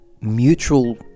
mutual